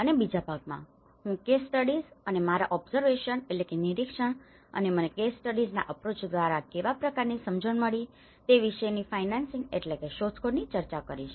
અને બીજા ભાગમાં હું કેસ સ્ટડીસ અને મારા ઓબ્ઝર્વેશન્સobservationનિરીક્ષણો અનેમને કેસ સ્ટડી ના અપ્રોચ દ્વારા કેવા પ્રકારની સમજણ મળી તે વિશેની ફાઇન્ડીંગ્સ findings શોધખોળની ચર્ચા કરીશ